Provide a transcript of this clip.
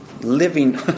living